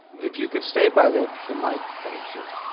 if you could stay by the the microphone, sir.